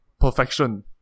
Perfection